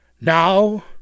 Now